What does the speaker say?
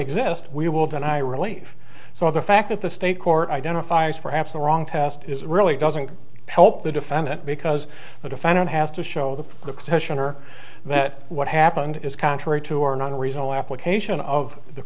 exist we will deny relief so the fact that the state court identifies perhaps the wrong test is really doesn't help the defendant because the defendant has to show the petitioner that what happened is contrary to or not a reasonable application of the